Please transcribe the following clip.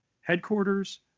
headquarters